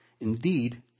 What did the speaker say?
Indeed